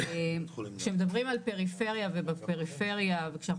כשמדברים על פריפריה ובפריפריה וכשאנחנו